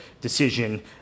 decision